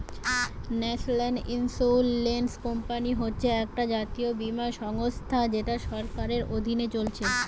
national insurance company হচ্ছে একটা জাতীয় বীমা সংস্থা যেটা সরকারের অধীনে চলছে